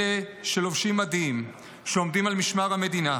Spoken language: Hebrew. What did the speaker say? אלה שלובשים מדים, שעומדים על משמר המדינה.